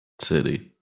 city